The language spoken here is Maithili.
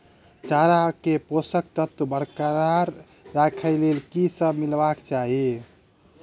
चारा मे पोसक तत्व बरकरार राखै लेल की सब मिलेबाक चाहि?